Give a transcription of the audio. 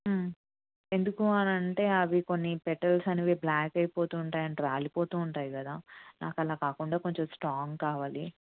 ఎందుకు అనంటే అవి కొన్ని పెటల్స్ అనేవి బ్లాక్ అయిపోతుంటాయి అండ్ రాలిపోతూ ఉంటాయి కదా నాకు అలా కాకుండా కొంచెం స్ట్రాంగ్ కావాలి